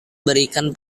berikan